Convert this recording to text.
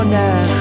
now